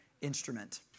instrument